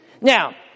Now